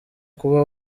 kuba